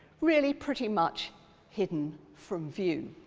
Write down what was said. really pretty much hidden from view.